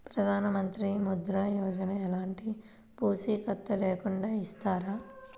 ప్రధానమంత్రి ముద్ర యోజన ఎలాంటి పూసికత్తు లేకుండా ఇస్తారా?